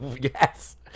Yes